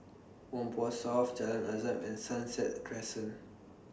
Whampoa South Jalan Azam and Sunset Crescent